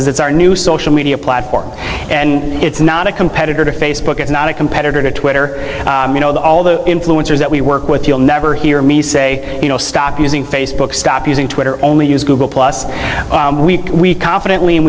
it's our new social media platform and it's not a competitor to facebook it's not a competitor to twitter you know the all the influencers that we work with you'll never hear me say you know stop using facebook stop using twitter only use google plus we confidently and